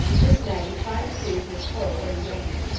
miss matty tried to soothe miss pole, but in vain.